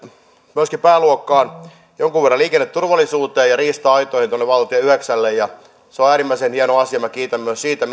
myöskin pääluokkaan jonkun verran liikenneturvallisuuteen ja riista aitoihin valtatie yhdeksälle ja se on äärimmäisen hieno asia minä kiitän ministeriä myös siitä